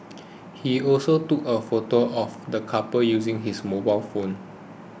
he also took a photo of the couple using his mobile phone